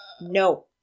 No